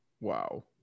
Wow